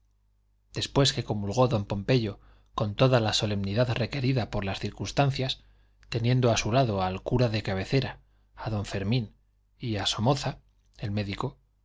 después que comulgó don pompeyo con toda la solemnidad requerida por las circunstancias teniendo a su lado al cura de cabecera a don fermín y a somoza el médico